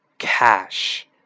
cash